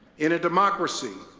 in a democracy,